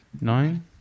Nine